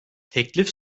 teklif